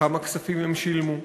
כמה כספים הם שילמו,